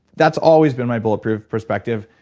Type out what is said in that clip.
that's always been my bulletproof perspective.